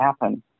happen